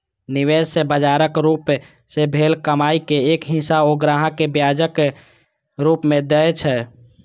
निवेश सं ब्याजक रूप मे भेल कमाइ के एक हिस्सा ओ ग्राहक कें ब्याजक रूप मे दए छै